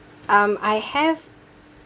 um I have